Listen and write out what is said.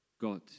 God